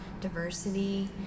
diversity